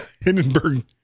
Hindenburg